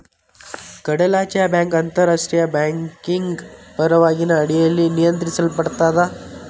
ಕಡಲಾಚೆಯ ಬ್ಯಾಂಕ್ ಅಂತಾರಾಷ್ಟ್ರಿಯ ಬ್ಯಾಂಕಿಂಗ್ ಪರವಾನಗಿ ಅಡಿಯಲ್ಲಿ ನಿಯಂತ್ರಿಸಲ್ಪಡತ್ತಾ